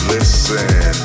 Listen